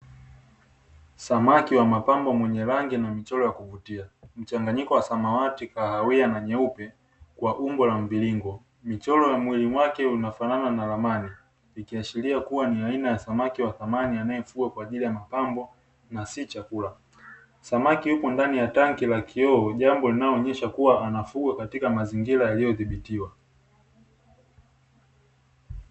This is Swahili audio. Samaki wa mapambo mwenye rangi na michoro ya kuvutia mchanganyiko wa samawati, kahawiya na nyeupe kwa umbo la mviringo, michora ya mwilini mwake inafanana na ramani ikiashiria kua ni aina ya samaki wadhamani anaefugwa kwaajili ya mapambo na si chakula, samaki yupo ndani ya tanki la kioo jambo linalo onyesha kua anafugwa katika mazingira yaliyo dhibitiwa.